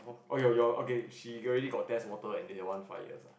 oh your your okay she already got test water and they want five years ah